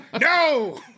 no